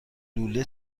لوله